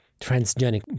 transgenic